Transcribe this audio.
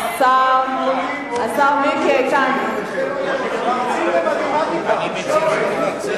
למה אתה מחלק ציונים לחברי הכנסת?